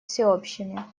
всеобщими